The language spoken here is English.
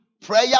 Prayer